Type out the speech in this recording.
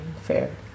fair